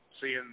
seeing